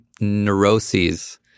neuroses